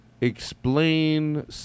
explain